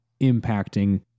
impacting